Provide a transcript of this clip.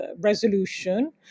resolution